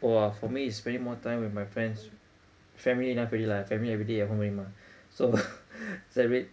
!wah! for me it's spending more time with my friends family enough already lah family everyday at home already mah so so I mean